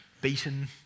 beaten